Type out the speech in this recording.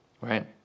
right